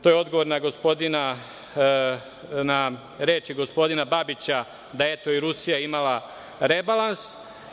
To je odgovor na reči gospodina Babića da, eto, i Rusija je imala rebalans.